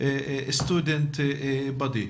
בישראל.